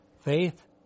Faith